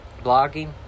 Blogging